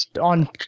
on